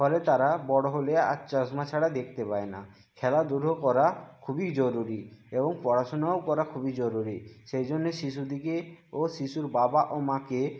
ফলে তারা বড়ো হলে আর চশমা ছাড়া দেখতে পায় না খেলাধুলো করা খুবই জরুরি এবং পড়াশুনাও করা খুবই জরুরি সেই জন্যে শিশুটিকে ও শিশুর বাবা ও মাকে